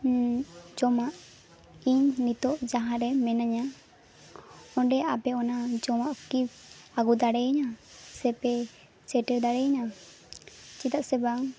ᱡᱚᱢᱟᱜ ᱤᱧ ᱱᱤᱛᱳᱜ ᱡᱟᱦᱟᱸ ᱨᱮ ᱢᱤᱱᱟᱹᱧᱟ ᱚᱸᱰᱮ ᱟᱯᱮ ᱚᱱᱟ ᱡᱚᱢᱟᱜ ᱠᱤ ᱟᱹᱜᱩ ᱫᱟᱲᱮᱭᱟᱹᱧᱟᱹ ᱥᱮᱯᱮ ᱥᱮᱴᱮᱨ ᱫᱟᱲᱮᱭᱟᱹᱧᱟ ᱪᱮᱫᱟᱜ ᱥᱮ ᱵᱟᱝ